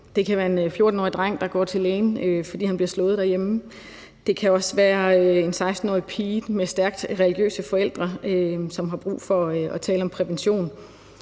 Det kan være en 14-årig dreng, der går til læge, fordi han bliver slået derhjemme. Det kan også være en 16-årig pige med stærkt religiøse forældre, som har brug for at tale om prævention.